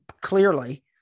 clearly